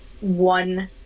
one